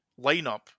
lineup